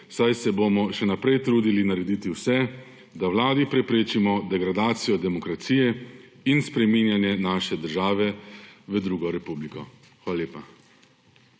saj se bomo še naprej trudili narediti vse, da vladi preprečimo degradacijo demokracije in spreminjanje naše države v drugo republiko. Hvala lepa.